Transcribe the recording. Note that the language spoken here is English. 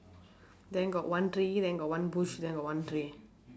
then got one tree then got one bush then got one tree